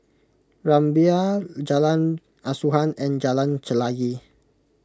Rumbia Jalan Asuhan and Jalan Chelagi